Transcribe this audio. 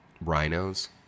rhinos